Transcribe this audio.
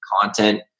content